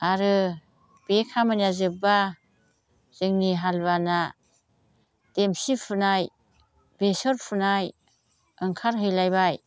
आरो बे खामानिया जोबबा जोंनि हालुवाना देमसि फुनाय बेसर फुनाय ओंखारहैलायबाय